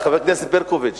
חברת הכנסת ברקוביץ,